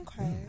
Okay